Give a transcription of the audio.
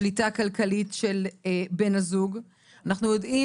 שליטה כלכלית של בן הזוג ואנחנו יודעים